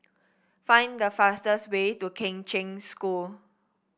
find the fastest way to Kheng Cheng School